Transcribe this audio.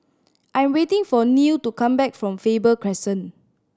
I am waiting for Neil to come back from Faber Crescent